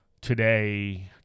today